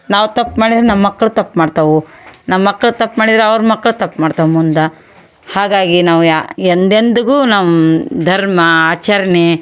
ನಾವು ತಪ್ಪು ಮಾಡಿರೆ ನಮ್ಮ ಮಕ್ಕಳು ತಪ್ಪು ಮಾಡ್ತವೆ ನಮ್ಮ ಮಕ್ಕಳು ತಪ್ಪು ಮಾಡಿದರೆ ಅವ್ರ ಮಕ್ಕಳು ತಪ್ಪು ಮಾಡ್ತವೆ ಮುಂದೆ ಹಾಗಾಗಿ ನಾವು ಯಾ ಎಂದೆಂದಿಗೂ ನಮ್ಮ ಧರ್ಮ ಆಚರ್ಣೆ